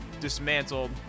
dismantled